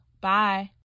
Bye